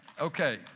Okay